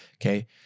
Okay